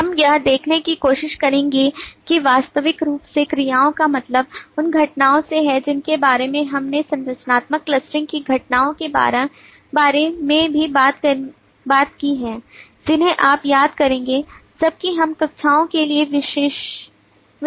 हम यह देखने की कोशिश करेंगे कि स्वाभाविक रूप से क्रियाओं का मतलब उन घटनाओं से है जिनके बारे में हमने संरचनात्मक क्लस्टरिंग की घटनाओं के बारे में भी बात की है जिन्हें आप याद करेंगे जबकि हम कक्षाओं के लिए विश्लेषण कर रहे थे